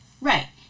Right